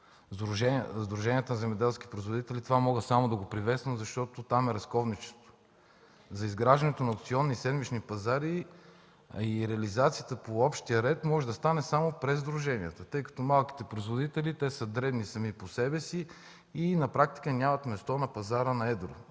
сдруженията на земеделските производители, мога само да го приветствам, защото там е разковничето. Изграждането на аукционни седмични пазари и реализацията по общия ред може да стане само през сдруженията, тъй като малките производители са дребни сами по себе си и на практика нямат място на пазара на едро.